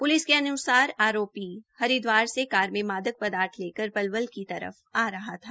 police के अन्सार आरोपी हरिदवार से कार में मादक पदार्थ लेकर पलवल की तरफ आ रहे थे